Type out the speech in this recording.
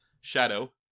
shadow